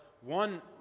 one